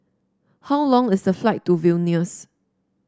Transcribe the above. how long is the flight to Vilnius